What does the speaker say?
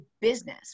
business